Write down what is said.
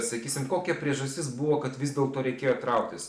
sakysim kokia priežastis buvo kad vis dėlto reikėjo trauktis